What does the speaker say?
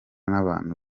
n’abantu